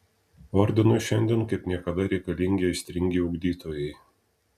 ordinui šiandien kaip niekada reikalingi aistringi ugdytojai